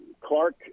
Clark